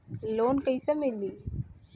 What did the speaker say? Loan कइसे मिलि?